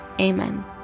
Amen